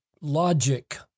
logic